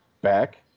back